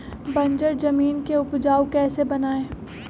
बंजर जमीन को उपजाऊ कैसे बनाय?